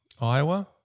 Iowa